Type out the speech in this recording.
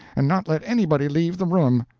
and not let anybody leave the room.